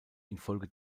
infolge